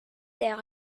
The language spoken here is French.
der